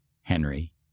Henry